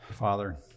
Father